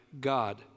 God